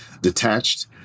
detached